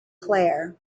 claire